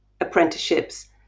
apprenticeships